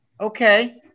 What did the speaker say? Okay